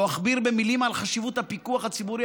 לא אכביר מילים על חשיבות הפיקוח הציבורי,